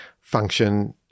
function